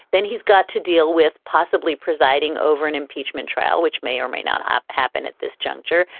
then he's got to deal with possibly presiding over an impeachment trial, which may or may not happen at this juncture.